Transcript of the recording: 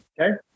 Okay